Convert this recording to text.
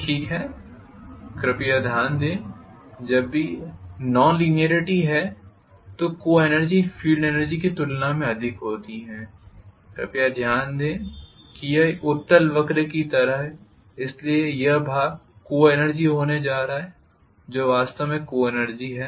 ठीक है कृपया ध्यान दें कि जब भी नॉन लिनीयॅरिटी है तो को एनर्जी फील्ड एनर्जी की तुलना में अधिक होती है कृपया ध्यान दें कि यह एक उत्तल वक्र की तरह है इसलिए यह भाग को एनर्जी होने जा रहा है जो वास्तव में को एनर्जी है